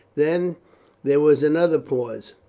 then there was another pause.